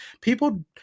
People